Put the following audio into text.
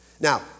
Now